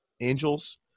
Angels